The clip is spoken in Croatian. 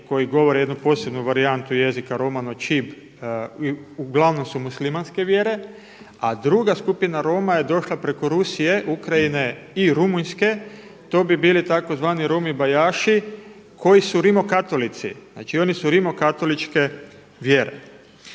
koji govore jednu posebnu varijantu jezika romano čib, uglavnom su muslimanske vjere. A druga skupina Roma je došla preko Rusije, Ukrajine i Rumunjske, to bi bili tzv. Romi Bajaši koji su rimokatolici, znači oni su rimokatoličke vjere.